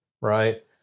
right